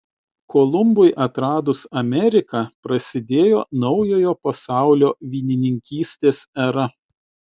kolumbui atradus ameriką prasidėjo naujojo pasaulio vynininkystės era